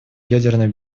ядерной